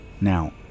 Now